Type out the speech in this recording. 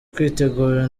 kwitegura